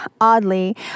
oddly